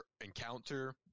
encounter